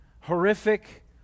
horrific